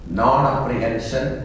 non-apprehension